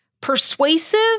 persuasive